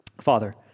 Father